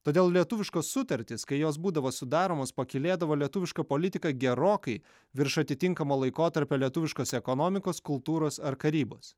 todėl lietuviškos sutartys kai jos būdavo sudaromos pakylėdavo lietuvišką politiką gerokai virš atitinkamo laikotarpio lietuviškos ekonomikos kultūros ar karybos